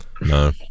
No